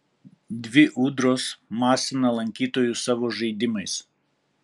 dvi ūdros masina lankytojus savo žaidimais